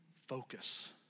focus